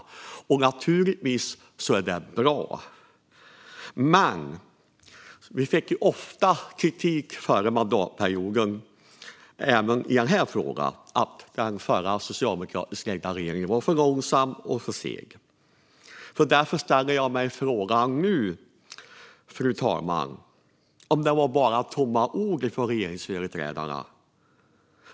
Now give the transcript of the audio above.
Det är naturligtvis bra. Dock fick vi under förra mandatperioden ofta kritik även i denna fråga. Den förra socialdemokratiskt ledda regeringen var för långsam och för seg, hette det. Därför ställer jag mig nu frågan, fru talman, om det bara var tomma ord från de nuvarande regeringsföreträdarna.